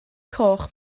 coch